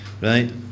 Right